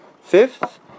Fifth